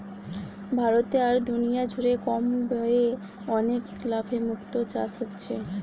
ভারতে আর দুনিয়া জুড়ে কম ব্যয়ে অনেক লাভে মুক্তো চাষ হচ্ছে